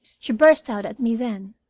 she burst out at me then.